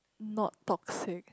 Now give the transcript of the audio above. not toxic